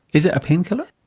is it a painkiller?